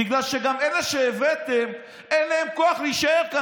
בגלל שגם לאלה שהבאתם אין כוח להישאר כאן,